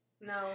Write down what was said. No